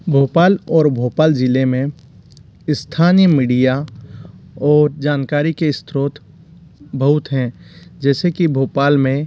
भोपाल और भोपाल जिले में स्थानीय मीडिया और जानकारी के स्रोत बहुत है जैसे कि भोपाल में